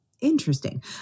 Interesting